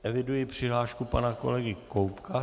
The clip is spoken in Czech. Eviduji přihlášku pana kolegy Koubka.